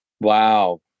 Wow